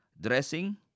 dressing